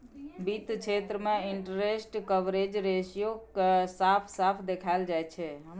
वित्त क्षेत्र मे इंटरेस्ट कवरेज रेशियो केँ साफ साफ देखाएल जाइ छै